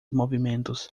movimentos